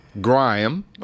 Graham